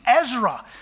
Ezra